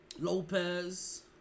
Lopez